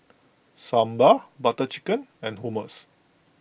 Sambar Butter Chicken and Hummus